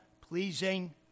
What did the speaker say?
pleasing